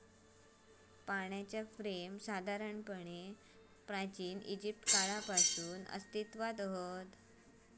पाणीच्या फ्रेम साधारणपणे प्राचिन इजिप्त काळापासून अस्तित्त्वात हत